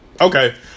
okay